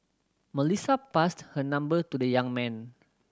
Melissa passed her number to the young man